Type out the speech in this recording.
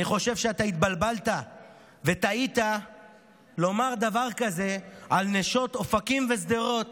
אני חושב שאתה התבלבלת וטעית לומר דבר כזה על נשות אופקים ושדרות